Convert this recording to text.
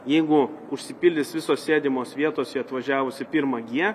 jeigu užsipildys visos sėdimos vietos į atvažiavusį pirmą g